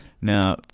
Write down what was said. Now